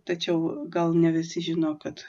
tačiau gal ne visi žino kad